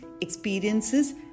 experiences